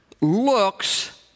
looks